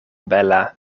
bela